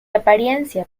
apariencia